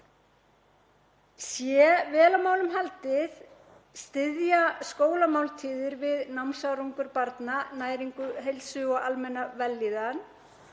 Sé vel á málum haldið styðja skólamáltíðir við námsárangur barna, næringu, heilsu og almenna vellíðan.